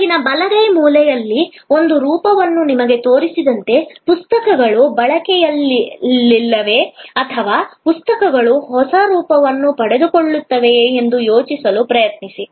ಕೆಳಗಿನ ಬಲಗೈ ಮೂಲೆಯಲ್ಲಿ ಒಂದು ರೂಪವನ್ನು ನಿಮಗೆ ತೋರಿಸಿದಂತೆ ಪುಸ್ತಕಗಳು ಬಳಕೆಯಲ್ಲಿಲ್ಲವೇ ಅಥವಾ ಪುಸ್ತಕಗಳು ಹೊಸ ರೂಪವನ್ನು ಪಡೆದುಕೊಳ್ಳುತ್ತವೆಯೇ ಎಂದು ಯೋಚಿಸಲು ಪ್ರಯತ್ನಿಸಿ